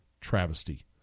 travesty